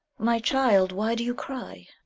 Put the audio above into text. my child, why do you cry?